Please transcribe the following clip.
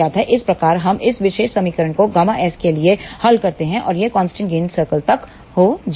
इस प्रकार हम इस विशेष समीकरण को Γs के लिए हल करते हैं और यह कांस्टेंट गेन सर्कल तक ले जाएगा